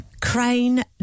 Crane